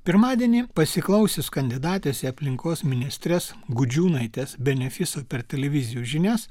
pirmadienį pasiklausius kandidatės į aplinkos ministres gudžiūnaitės benefiso per televizijos žinias